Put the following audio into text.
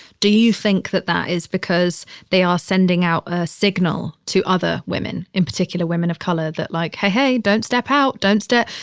do you think that that is because they are sending out a signal to other women, in particular women of color, that like, hey, hey. don't step out. don't stare.